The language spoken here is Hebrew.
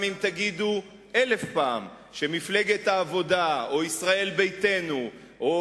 גם אם תגידו אלף פעם שמפלגת העבודה או ישראל ביתנו או